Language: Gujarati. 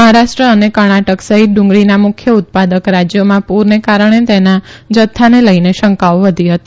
મહારાષ્ટ્ર અને કર્ણાટક સહિત ડુંગળીના મુખ્ય ઉત્પાદક રાજયોમાં પુરને કારણે તેના જથ્થાને લઈને શંકાઓ વધી હતી